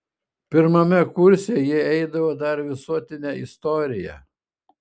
pirmame kurse jie eidavo dar visuotinę istoriją